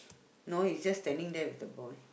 no is just standing there with the ball